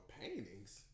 paintings